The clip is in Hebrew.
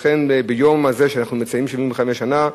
לכן ביום הזה, שאנחנו מציינים 75 שנה,